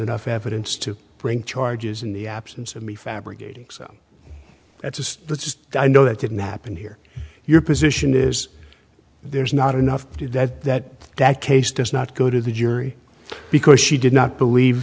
enough evidence to bring charges in the absence of me fabricating so that's just i know that didn't happen here your position is there's not enough to that that that case does not go to the jury because she did not believe